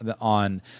on